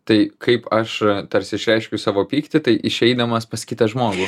tai kaip aš tarsi išreiškiu savo pyktį tai išeidamas pas kitą žmogų